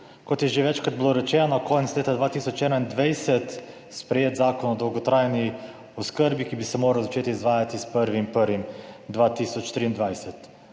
Kot je že večkrat bilo rečeno, konec leta 2021 sprejet Zakon o dolgotrajni oskrbi, ki bi se moral začeti izvajati s 1. 1. 2023.